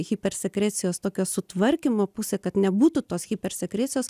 hipersekrecijos tokio sutvarkymo pusę kad nebūtų tos hipersekrecijos